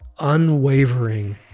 unwavering